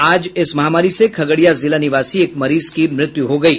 आज इस महामारी से खगड़िया जिला निवासी एक मरीज की मृत्यू हो गयी